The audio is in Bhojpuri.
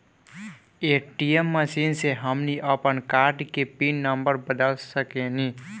ए.टी.एम मशीन से हमनी के आपन कार्ड के पिन नम्बर बदल सके नी